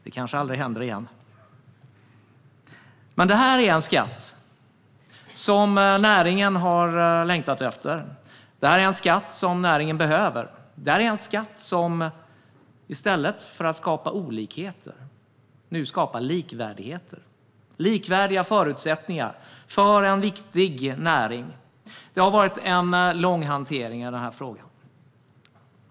Det kanske aldrig händer igen. Detta är en skatt som näringen har längtat efter. Det är en skatt som näringen behöver. Det är en skatt som i stället för att skapa olikheter nu skapar likvärdigheter. Den skapar likvärdiga förutsättningar för en viktig näring. Det har varit en lång hantering av frågan.